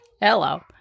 Hello